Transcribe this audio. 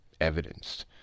evidenced